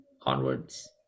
Onwards